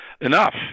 enough